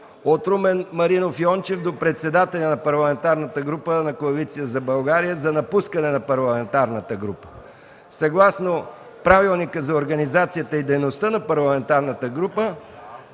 от Румен Маринов Йончев до председателя на Парламентарната група на Коалиция за България за напускане на парламентарната група. Съгласно Правилника за организацията и дейността на Парламентарната група